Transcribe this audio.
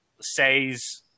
says